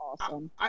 Awesome